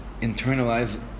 Internalize